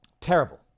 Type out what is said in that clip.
Terrible